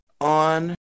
on